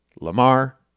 Lamar